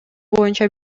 боюнча